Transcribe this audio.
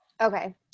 okay